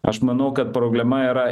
aš manau kad problema yra